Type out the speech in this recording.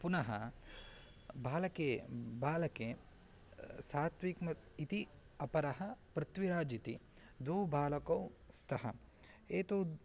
पुनः बालके बालके सात्विक् इति अपरः पृथ्विराज् इति द्वौ बालकौ स्तः एतौ